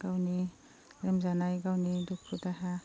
गावनि लोमजानाय गावनि दुखु दाहा